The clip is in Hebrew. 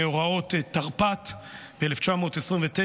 מאורעות תרפ"ט ב-1929,